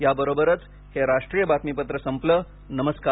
या बरोबरच हे राष्ट्रीय बातमीपत्र संपलं नमरूकार